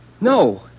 No